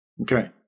Okay